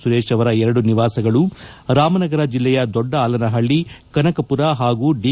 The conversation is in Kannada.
ಸುರೇಶ್ ಅವರ ಎರಡು ನಿವಾಸಗಳು ರಾಮನಗರ ಜಿಲ್ಲೆಯ ದೊಡ್ಡ ಆಲಹಳ್ಳಿ ಕನಕ ಪುರ ಹಾಗೂ ದಿ